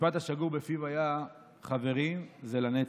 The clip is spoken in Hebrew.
המשפט השגור בפיו היה: חברים, זה לנצח.